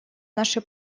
наши